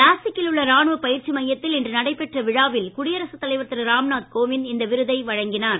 நாசிக்கில் உள்ள ராணுவ பயிற்சி மையத்தில் நடைபெற்ற விழாவில் குடியரசு தலைவர் திரு ராம்நாத் கோவிந்த் இந்த விருதை வழங்கினார்